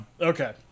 Okay